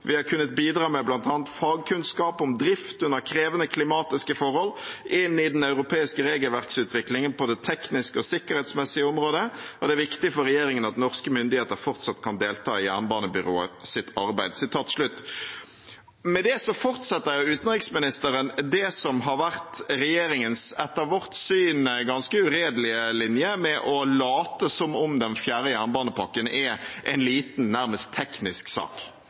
Vi har kunnet bidra med bl.a. fagkunnskap om drift under krevende klimatiske forhold inn i den europeiske regelverksutviklingen på det tekniske og sikkerhetsmessige området. Det er viktig for regjeringa at norske myndigheter fortsatt kan delta i jernbanebyråets arbeid.» Med det fortsetter utenriksministeren det som har vært regjeringens etter vårt syn ganske uredelige linje med å late som om den fjerde jernbanepakken er en liten, nærmest teknisk sak.